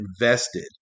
invested